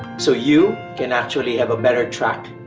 so, you can actually have a better track.